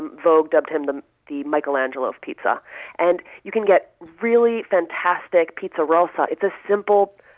vogue dubbed him the the michelangelo of pizza and you can get really fantastic pizza rossa it's a simple,